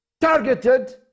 targeted